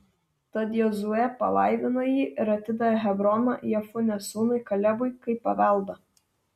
tad jozuė palaimino jį ir atidavė hebroną jefunės sūnui kalebui kaip paveldą